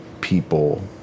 people